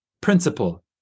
principle